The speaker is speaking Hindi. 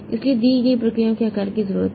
इसलिए दी गई प्रक्रियाओं के आकार की जरूरत है